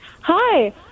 Hi